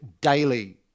daily